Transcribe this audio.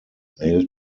male